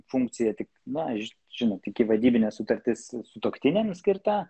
funkciją tik na ži žinot ikivadybinė sutartis sutuoktiniam skirta